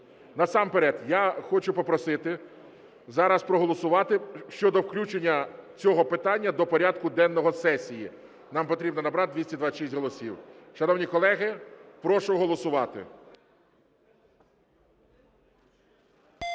Насамперед я хочу попросити зараз проголосувати щодо включення цього питання до порядку денного сесії, нам потрібно набрати 226 голосів. Шановні колеги, прошу голосувати.